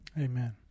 Amen